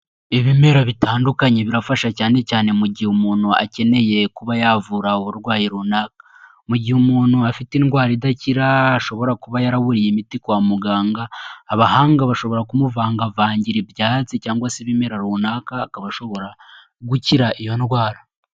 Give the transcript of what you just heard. Ibimera bitandukanye birafasha cyane cyane mu gihe umuntu akeneye kuba yavura uburwayi runaka. Mu gihe umuntu afite indwara idakira ashobora kuba yaraburiye imiti kwa muganga, abahanga bashobora kumuvangavangira ibyatsi cyangwa se ibimera runaka, akaba ashobora gukira iyo ndwara.